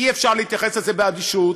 אי-אפשר להתייחס לזה באדישות,